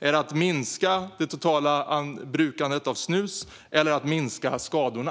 Är det att minska det totala bruket av snus eller är det att minska skadorna?